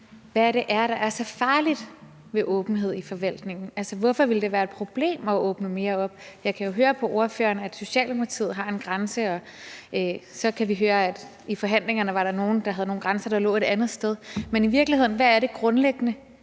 hvad det er, der er så farligt ved åbenhed i forvaltningen. Altså, hvorfor ville det være et problem at åbne mere op? Jeg kan jo høre på ordføreren, at Socialdemokratiet har en grænse, og så kan vi høre, at der i forhandlingerne var nogle, der havde nogle grænser, der lå et andet sted. Men hvad er i virkeligheden det grundlæggende